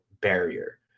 barrier